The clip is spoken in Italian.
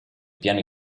piani